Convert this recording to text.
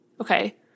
Okay